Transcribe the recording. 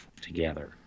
together